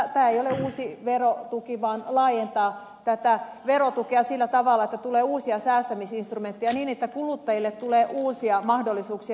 tämä ei ole uusi verotuki vaan laajentaa tätä verotukea sillä tavalla että tulee uusia säästämisinstrumentteja niin että kuluttajille tulee uusia mahdollisuuksia